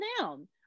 down